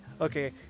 Okay